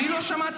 אני לא שמעתי.